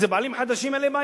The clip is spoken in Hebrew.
אם זה בעלים חדשים, אין לי בעיה.